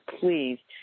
please